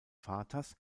vaters